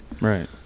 Right